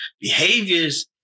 Behaviors